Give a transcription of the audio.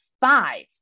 five